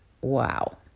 wow